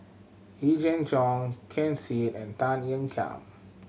Yee Jenn Jong Ken Seet and Tan Ean Kiam